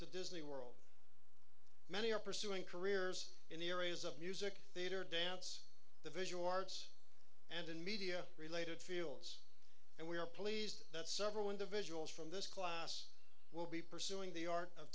to disney world many are pursuing careers in the areas of music theater dance the visual arts and in media related fields and we are pleased that several individuals from this class will be pursuing the art of